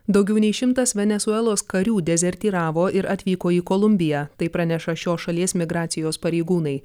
daugiau nei šimtas venesuelos karių dezertyravo ir atvyko į kolumbiją tai praneša šios šalies migracijos pareigūnai